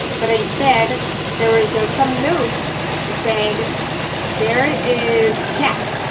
but instead there is ah some notes saying there is capped.